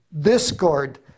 discord